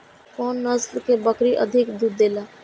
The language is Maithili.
कुन नस्ल के बकरी अधिक दूध देला?